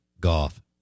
Golf